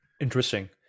Interesting